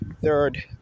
third